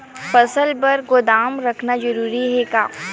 फसल बर गोदाम रखना जरूरी हे का?